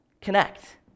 connect